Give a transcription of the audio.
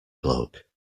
bloke